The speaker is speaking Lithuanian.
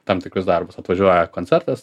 tam tikrus darbus atvažiuoja koncertas